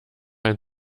ein